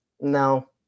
No